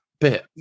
bit